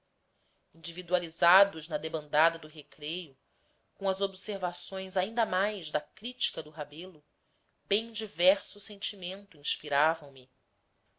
individualizados na debandada do receio com as observações ainda mais da critica do rebelo bem diverso sentimento inspiravam me